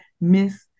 Miss